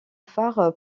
phare